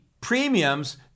premiums